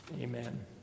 amen